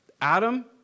Adam